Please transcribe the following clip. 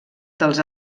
dels